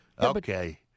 Okay